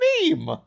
name